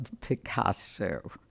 Picasso